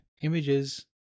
images